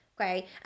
Okay